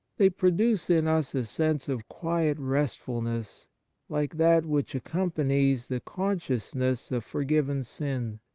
they produce in us a sense of quiet restfulness like that which accompanies the consciousness of forgiven sin.